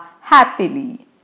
happily